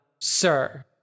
sir